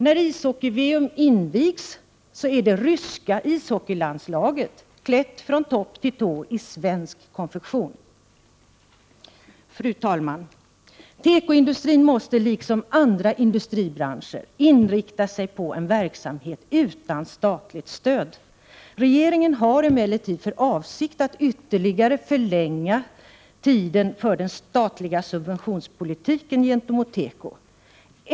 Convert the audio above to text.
När ishockey-VM invigs är det ryska ishockeylandslaget klätt från topp till tå i svensk konfektion. Fru talman! Tekoindustrin måste liksom andra industribranscher inrikta sig på en verksamhet utan statligt stöd. Regeringen har emellertid för avsikt att ytterligare förlänga tiden för den statliga subventionspolitiken gentemot teko.